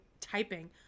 typing